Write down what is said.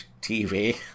TV